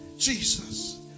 Jesus